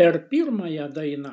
per pirmąją dainą